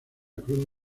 cruz